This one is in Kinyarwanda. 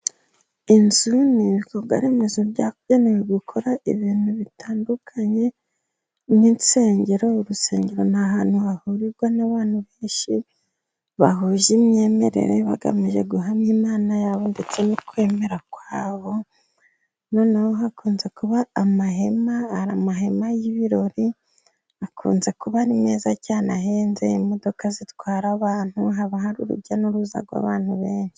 Inzu ni ibikorwaremezo byagenewe gukora ibintu bitandukanye n'insengero, urusengero ni ahantu hahurirwa n'abantu benshi bahuje imyemerere, bagamije guhamya Imana yabo, ndetse ukwemera kwabo, noneho hakunze kuba amahema, amahema y'ibirori akunze kuba ari meza cyane ahenze, imodoka zitwara abantu, haba hari urujya n'uruza rw'abantu benshi.